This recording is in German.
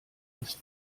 ist